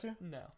No